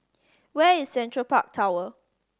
where is Central Park Tower